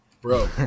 Bro